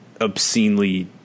obscenely